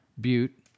butte